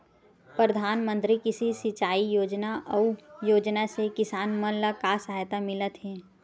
प्रधान मंतरी कृषि सिंचाई योजना अउ योजना से किसान मन ला का सहायता मिलत हे?